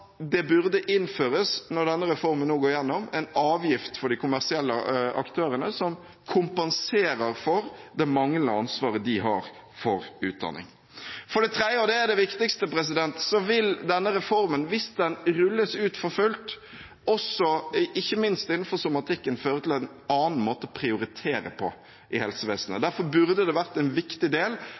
det, når denne reformen nå går gjennom, burde innføres en avgift for de kommersielle aktørene, som kompenserer for det manglende ansvaret de har for utdanning. For det tredje – og det er det viktigste – vil denne reformen, hvis den rulles ut for fullt, også føre til en annen måte å prioritere på i helsevesenet, ikke minst innenfor somatikken. Derfor burde det vært en viktig del